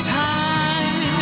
time